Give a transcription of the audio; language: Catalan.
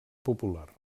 popular